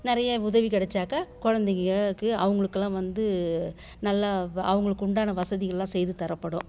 நிறைய உதவி கிடச்சாக்கா குழந்தைங்களுக்கு அவங்களுக்குலாம் வந்து நல்லா அவங்களுக்குண்டான வசதிகளெல்லாம் செய்து தரப்படும்